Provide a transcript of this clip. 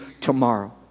tomorrow